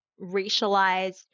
racialized